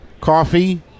coffee